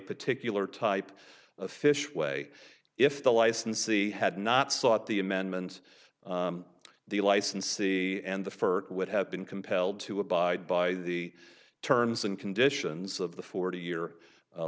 particular type of fish way if the licensee had not sought the amendment the licensee and the fur would have been compelled to abide by the terms and conditions of the forty year